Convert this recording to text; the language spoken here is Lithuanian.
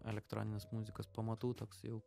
elektroninės muzikos pamatų toks jau